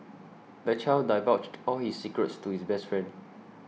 the child divulged all his secrets to his best friend